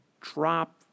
drop